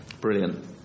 Brilliant